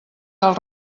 del